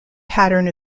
pattern